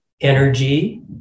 energy